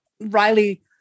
Riley